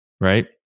right